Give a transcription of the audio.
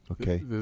Okay